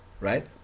right